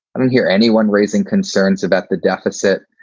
i don't hear anyone raising concerns about the deficit.